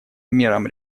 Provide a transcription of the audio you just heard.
мерам